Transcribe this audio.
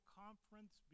conference